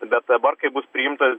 bet dabar kai bus priimta